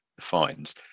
fines